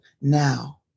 now